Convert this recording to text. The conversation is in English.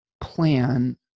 plan